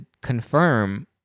confirm